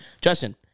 Justin